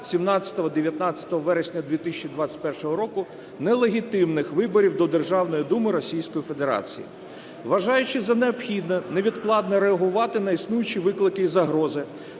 17-19 вересня 2021 року нелегітимних виборів до Державної Думи Російської Федерації. Вважаючи за необхідне невідкладно реагувати на існуючі виклики і загрози,